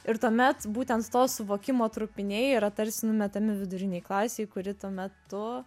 ir tuomet būtent to suvokimo trupiniai yra tarsi numetami vidurinei klasei kuri tuo metu